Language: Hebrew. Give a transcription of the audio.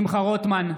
שמחה רוטמן,